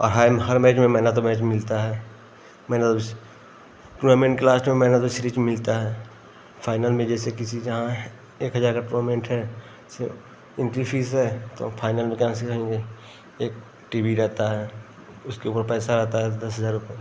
और हर मैच में मैन ऑफ दा मैच मिलता है मेनल्स टूर्नामेंट के लास्ट में मैन ऑफ दा सीरीज मिलता है फ़ाइनल में जैसे किसी जाएँ एक हजार का टूर्नामेंट है से एंट्री फ़ीस है तो फाइनल में कहाँ से जाएंगे एक टी वी रहता है उसके ऊपर पैसा रहता है दस हजार रुपये